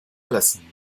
lassen